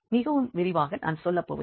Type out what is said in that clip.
மிகவும் விரிவாக நான் செல்லப்போவதில்லை